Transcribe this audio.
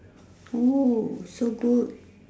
oo so good